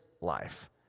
life